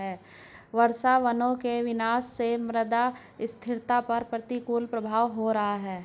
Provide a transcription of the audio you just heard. वर्षावनों के विनाश से मृदा स्थिरता पर प्रतिकूल प्रभाव हो रहा है